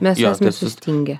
mes esam sustingę